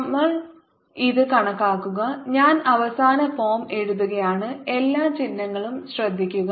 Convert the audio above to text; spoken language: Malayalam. നിങ്ങൾ ഇത് കണക്കാക്കുക ഞാൻ അവസാന ഫോം എഴുതുകയാണ് എല്ലാ ചിഹ്നങ്ങളും ശ്രദ്ധിക്കുക